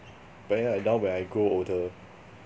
but then I now when I grow older